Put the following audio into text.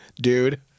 dude